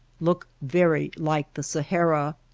look very like the sahara,